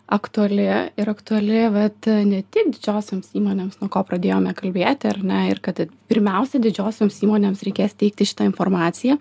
aktuali ir aktuali bet ne tik didžiosioms įmonėms nuo ko pradėjome kalbėti ar ne ir kad pirmiausia didžiosioms įmonėms reikės teikti šitą informaciją